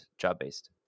job-based